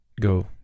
Go